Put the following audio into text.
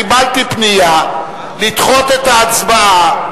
קיבלתי פנייה לדחות את ההצבעה,